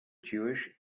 jewish